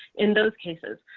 in those cases,